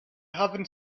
haven’t